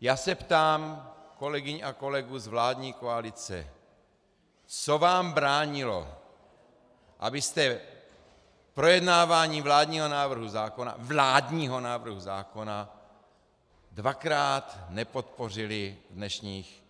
Já se ptám kolegyň a kolegů z vládní koalice: Co vám bránilo, abyste projednávání vládního návrhu zákona vládního návrhu zákona dvakrát nepodpořili v dnešních